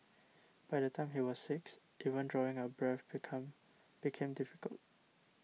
by the time he was six even drawing a breath become became difficult